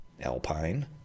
Alpine